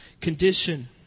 condition